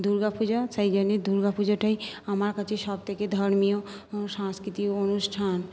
দুর্গাপূজা সেইজন্যে দুর্গাপূজাটাই আমার কাছে সবথেকে ধর্মীয় সাংস্কৃতিক অনুষ্ঠান